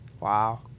Wow